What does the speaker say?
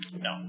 no